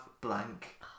blank